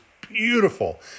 beautiful